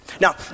Now